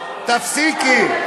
תפסיקי.